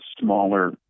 smaller